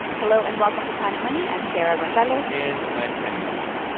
hello, and welcome to planet money. i'm sarah gonzalez and i'm kenny malone.